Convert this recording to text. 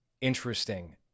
interesting